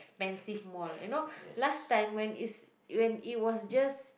expensive mall you know last time when it's when it was just